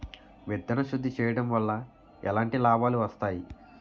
విత్తన శుద్ధి చేయడం వల్ల ఎలాంటి లాభాలు వస్తాయి?